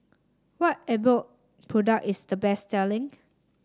what Abbott product is the best selling